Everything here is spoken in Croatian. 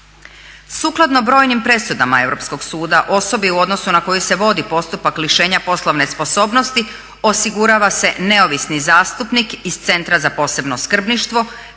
Sukladno brojnim presudama europskog suda osobi u odnosu na koju se vodi postupak lišenja poslovne sposobnosti osigurava se neovisni zastupnik iz centra za posebno skrbništvo